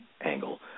angle